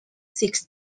six